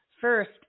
First